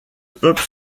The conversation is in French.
peuple